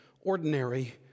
ordinary